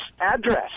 address